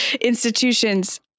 institutions